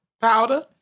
Powder